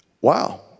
wow